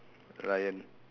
lion